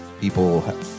people